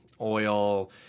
oil